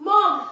Mom